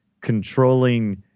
controlling